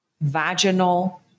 vaginal